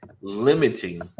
limiting